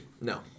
No